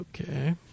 Okay